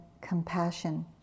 compassion